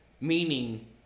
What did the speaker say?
Meaning